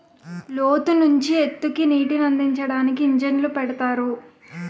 లోతు నుంచి ఎత్తుకి నీటినందించడానికి ఇంజన్లు పెడతారు